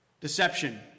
Deception